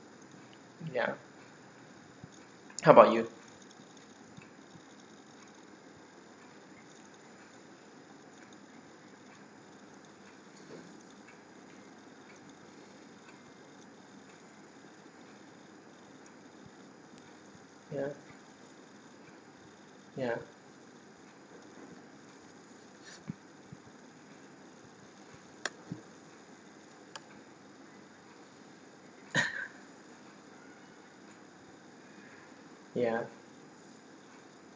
ya how about you ya ya ya